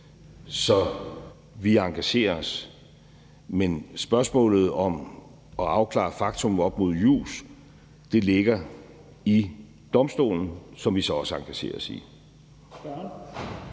Så vi engagerer os. Men spørgsmålet om at afklare faktum op mod jus ligger i domstolen, som vi så også engagerer os i.